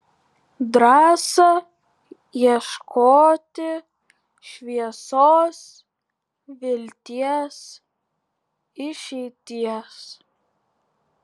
drąsa ieškoti šviesos vilties išeities